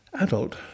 adult